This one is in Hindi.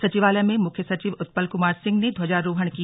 सचिवालय में मुख्य सचिव उत्पल कुमार सिंह ने ध्वजारोहण किया